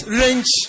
range